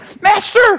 Master